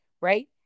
Right